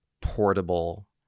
portable